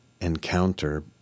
encounter